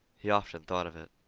he often thought of it.